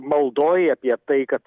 maldoj apie tai kad